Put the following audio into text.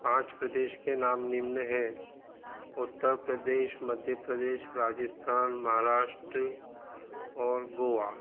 पाँच प्रदेश के नाम निम्न हैं उत्तर प्रदेश मध्य प्रदेश राजस्थान महाराष्ट्र और गोवा